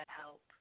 help